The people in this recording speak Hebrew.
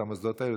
את המוסדות האלה,